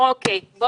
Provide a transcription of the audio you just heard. מה